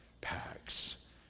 packs